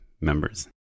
members